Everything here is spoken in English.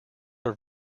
are